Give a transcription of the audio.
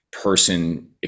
person